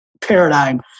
paradigm